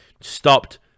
stopped